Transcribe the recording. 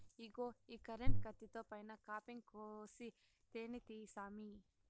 ఇగో ఈ కరెంటు కత్తితో పైన కాపింగ్ కోసి తేనే తీయి సామీ